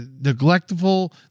neglectful